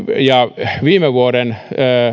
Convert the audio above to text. ja viime vuoden